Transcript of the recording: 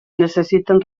necessiten